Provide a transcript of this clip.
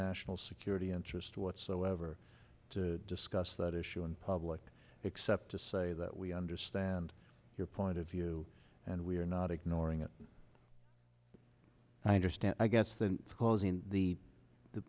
national security interest whatsoever to discuss that issue in public except to say that we understand your point of view and we are not ignoring it and i understand i guess that causing the the